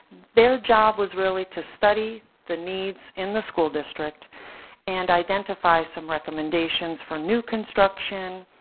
their job was really to study the needs in the school district and identify some recommendations for new construction,